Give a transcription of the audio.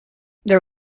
there